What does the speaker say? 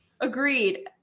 Agreed